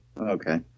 okay